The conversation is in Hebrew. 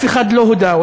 אף אחד לא הודה.